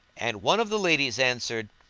and one of the ladies answered,